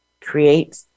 Create